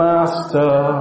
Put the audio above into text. Master